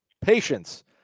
Patience